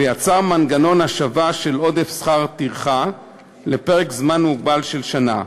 ויצר מנגנון השבה של עודף שכר הטרחה לפרק זמן מוגבל של שנה.